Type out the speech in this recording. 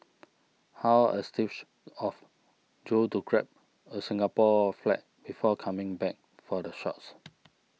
how astute of Joe to grab a Singapore flag before coming back for the shots